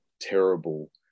terrible